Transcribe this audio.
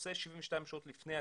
עושה 72 שעות לפני הטיסה,